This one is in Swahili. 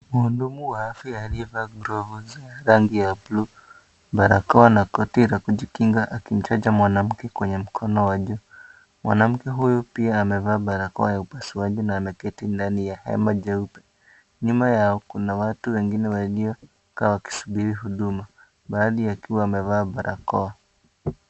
Mhuduma wa afya aliyevaa glavu za rangi ya buluu, barakoa na koti la kujikinga akimchanja mwanamke kwenye mkono ya juu. Mwanamke huyu pia amevaa barakoa ya upasuaji na ameketi ndani ya hema jeupe. Nyuma yao kuna watu wengine waliokaa wakisubiri huduma, baadhi wakiwa wamevaa barakoa.